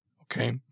Okay